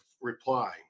reply